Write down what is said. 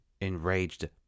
Enraged